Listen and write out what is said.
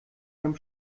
beim